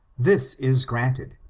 this is granted,